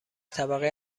طبقه